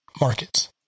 markets